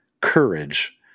courage